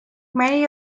many